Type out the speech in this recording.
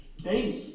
Thanks